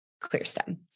Clearstem